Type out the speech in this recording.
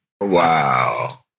Wow